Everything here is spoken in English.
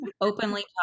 openly